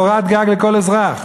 קורת גג לכל אזרח.